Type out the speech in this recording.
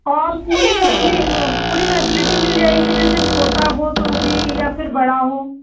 और पूरी फसली पूरी फैसिलिटी मिल जाएगी जैसे छोटा हो तो भी या फिर बड़ा हो